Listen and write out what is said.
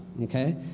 okay